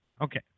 Okay